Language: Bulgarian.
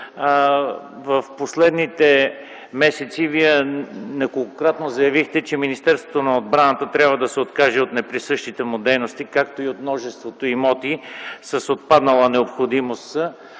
последните месеци Вие неколкократно заявихте, че Министерството на отбраната трябва да се откаже от неприсъщите му дейности, както и от множеството имоти с отпаднала необходимост,